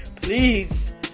please